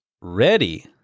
ready